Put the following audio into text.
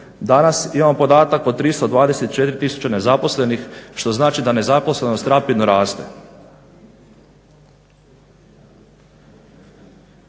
Danas imamo podatak od 324 000 nezaposlenih što znači da nezaposlenost rapidno rase.